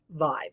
vibe